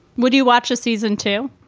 would you watch a season, too?